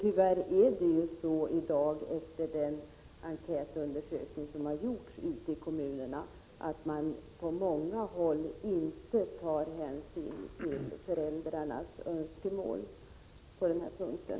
Tyvärr är det ju så i dag — det framgår av den enkätundersökning som har gjorts ute i kommunerna — att man på många håll inte tar hänsyn till föräldrarnas önskemål på den här punkten.